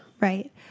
Right